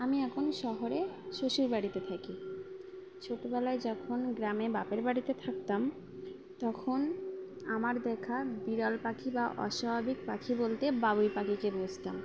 আমি এখন শহরে শ্বশুর বাড়িতে থাকি ছোটোবেলায় যখন গ্রামে বাপের বাড়িতে থাকতাম তখন আমার দেখা বিড়াল পাখি বা অস্বাভাবিক পাখি বলতে বাবুই পাখিকে বুঝতাম